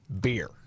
beer